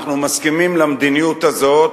אנחנו מסכימים למדיניות הזאת,